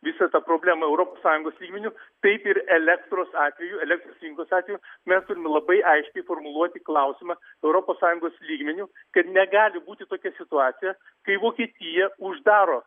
visą tą problemą europos sąjungos lygmeniu taip ir elektros atveju elektros rinkos atveju mes turime labai aiškiai formuluoti klausimą europos sąjungos lygmeniu kad negali būti tokia situacija kai vokietija uždaro